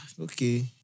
Okay